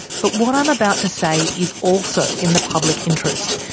but what i'm about to say is also in the public interest,